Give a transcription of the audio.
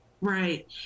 Right